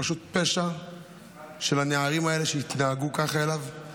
זה פשוט פשע של הנערים האלה שהתנהגו אליו ככה.